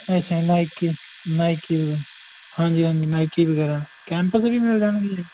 ਅੱਛਾ Nike Nike ਦੇ ਹਾਂਜੀ ਹਾਂਜੀ ਨਾਈਕੀ ਵਗੈਰਾ ਕੈਂਪਸ ਵੀ ਮਿਲ ਜਾਣਗੇ ਜੀ